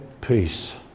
peace